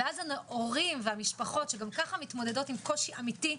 ואז הורים והמשפחות שגם ככה מתמודדות עם קושי אמיתי,